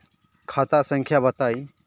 खाता संख्या बताई?